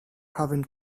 having